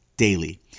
daily